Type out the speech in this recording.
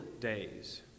days